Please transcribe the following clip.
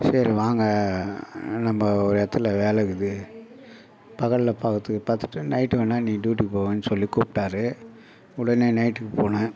சரி வாங்க நம்ம ஒரு இடத்துல வேலை இருக்குது பகலில் பார்க்கறத்து பார்த்துட்டு நைட்டுக்கு வேணால் நீ டூட்டிக்கு போங்கன்னு சொல்லி கூப்பிட்டாரு உடனே நைட்டுக்கு போனேன்